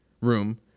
room